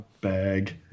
Bag